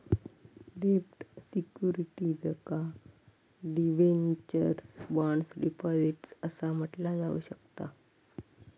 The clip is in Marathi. डेब्ट सिक्युरिटीजका डिबेंचर्स, बॉण्ड्स, डिपॉझिट्स असा म्हटला जाऊ शकता